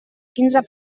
quinze